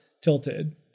tilted